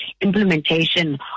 implementation